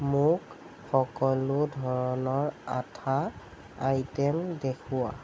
মোক সকলো ধৰণৰ আঠা আইটে'ম দেখুওৱা